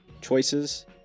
choices